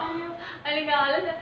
!aiyo! எனக்கு:enakku